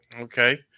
Okay